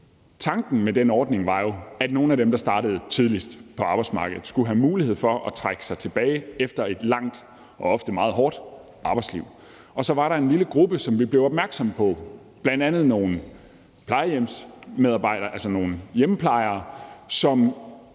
tanken med den ordning var jo, at nogle af dem, der startede tidligst på arbejdsmarkedet, skulle have mulighed for at trække sig tilbage efter et langt og ofte meget hårdt arbejdsliv, og så var der en lille gruppe, som vi blev opmærksomme på, bl.a. nogle plejehjemsmedarbejdere, altså nogle hjemmeplejere, som